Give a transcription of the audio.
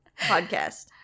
podcast